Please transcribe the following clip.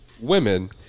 Women